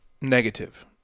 negative